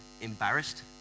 embarrassed